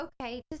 okay